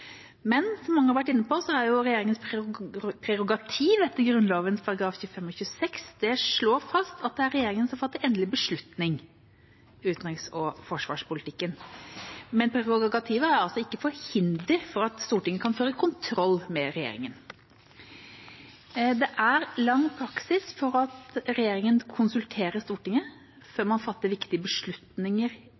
Men som mange har vært inne på, er det etter Grunnloven §§ 25 og 26 regjeringas prerogativ å fatte endelig beslutning i utenriks- og forsvarspolitikken. Men prerogativet er altså ikke til hinder for at Stortinget kan føre kontroll med regjeringa. Det er lang praksis for at regjeringa konsulterer Stortinget før man fatter viktige beslutninger